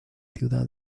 ciudad